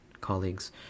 colleagues